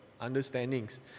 understandings